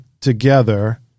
together